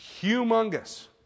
humongous